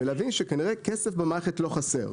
ולהבין שכנראה כסף במערכת לא חסר.